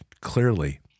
clearly